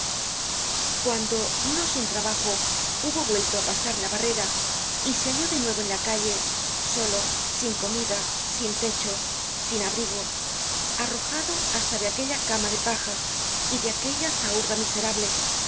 cuando no sin trabajo hubo vuelto á pasar la barrera y se halló de nuevo en la calle solo sin comida sin techo sin abrigo arrojado hasta de aquella cama de paja y de aquella zahurda miserable